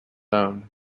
own